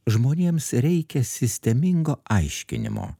žmonėms reikia sistemingo aiškinimo